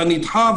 אתה נדחה,